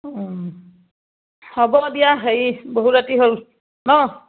হ'ব দিয়া হেৰি বহুত ৰাতি হ'ল ন